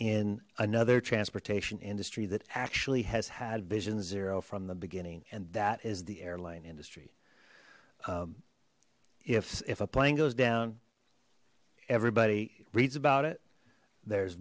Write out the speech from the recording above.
in another transportation industry that actually has had vision zero from the beginning and that is the airline industry if if a plane goes down everybody reads about it there's